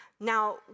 Now